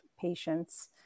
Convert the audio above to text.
patients